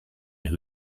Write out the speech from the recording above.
who